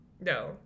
No